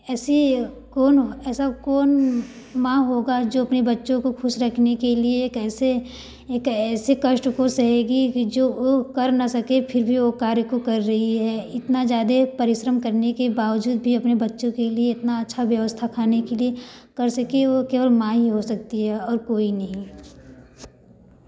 ऐसी कौन ऐसा कौन माँ होगा जो अपने बच्चों को खुश रखने के लिए कैसे एक ऐसे कष्ट को सहेगी कि जो वह कर न सके फिर भी वह कार्य को कर रही है इतना ज़्यादा परिश्रम करने के बावजूद भी अपने बच्चों के लिए इतना अच्छा व्यवस्था खाने के लिए कर सके वह केवल माँ ही सकती है और कोई नहीं